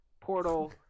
Portal